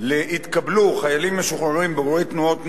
יתקבלו חיילים משוחררים בוגרי תנועות נוער,